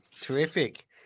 Terrific